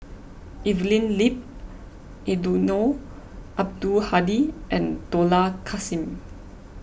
Evelyn Lip Eddino Abdul Hadi and Dollah Kassim